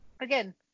Again